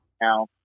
now